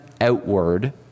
outward